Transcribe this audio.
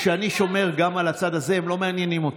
כשאני שומר גם על הצד הזה, הם לא מעניינים אותי.